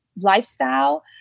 lifestyle